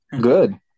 Good